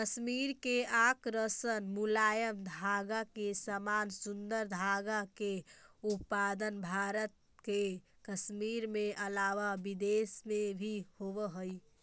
कश्मीर के आकर्षक मुलायम धागा के समान सुन्दर धागा के उत्पादन भारत के कश्मीर के अलावा विदेश में भी होवऽ हई